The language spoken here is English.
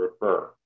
refer